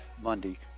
Monday